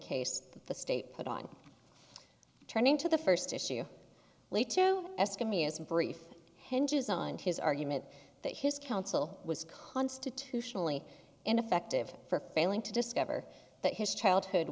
case the state put on turning to the first issue late two s can be as brief hinges on his argument that his counsel was constitutionally ineffective for failing to discover that his childhood